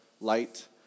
light